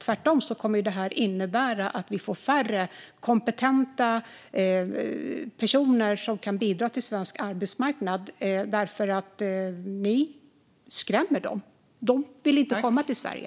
Tvärtom kommer detta att innebära att vi får färre kompetenta personer som kan bidra på svensk arbetsmarknad, för ni skrämmer dem. De vill inte komma till Sverige.